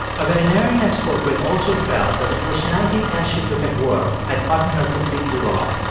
a veterinarian i spoke with also felt that the personality test she took at work had gotten her completely wrong.